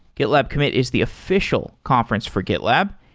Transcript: getlab commit is the official conference for getlab,